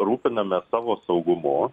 rūpinamės savo saugumu